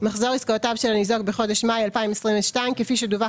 מחזור עסקאותיו של הניזוק בחודש מאי 2022 כפי שדווח